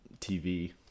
TV